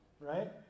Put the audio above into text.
right